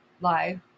Live